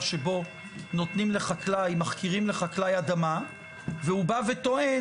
שבו מחכירים לחקלאי אדמה והוא בא וטוען,